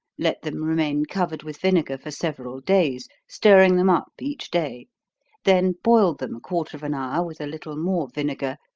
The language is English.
let them remain covered with vinegar for several days, stirring them up each day then boil them a quarter of an hour with a little more vinegar,